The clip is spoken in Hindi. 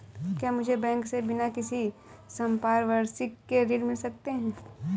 क्या मुझे बैंक से बिना किसी संपार्श्विक के ऋण मिल सकता है?